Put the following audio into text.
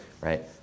right